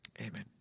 Amen